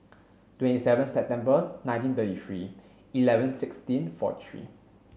twenty seven September nineteen thirty three eleven sixteen four three